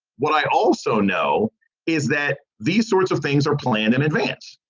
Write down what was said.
what i also know is that these sorts of things are planned in advance.